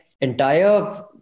entire